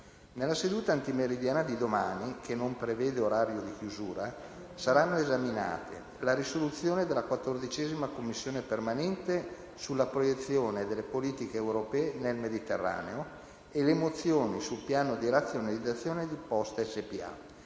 Nella seduta antimeridiana di domani, che non prevede orario di chiusura, saranno esaminate la risoluzione della 14a Commissione permanente sulla proiezione delle politiche europee nel Mediterraneo e le mozioni sul piano di razionalizzazione di Poste SpA,